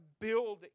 building